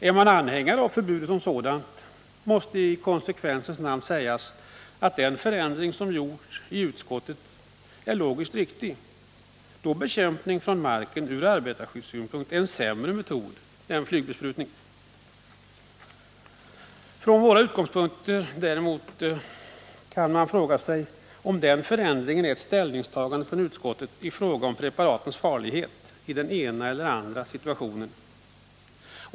I konsekvensens namn måste sägas att om man är anhängare av förbudet som sådant är den förändring som gjorts i utskottet logiskt riktig, eftersom bekämpning från marken ur arbetarskyddssynpunkt är en sämre metod än flygbesprutning. Från våra utgångspunkter däremot kan man fråga sig om denna förändring inte är ett ställningstagande från utskottets sida i fråga om preparatens farlighet i den ena eller andra situationen.